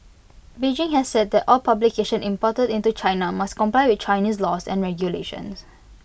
Beijing has said that all publications imported into China must comply with Chinese laws and regulations